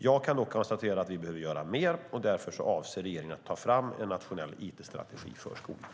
Jag kan dock konstatera att vi behöver göra mer, och därför avser regeringen att ta fram en nationell it-strategi för skolan.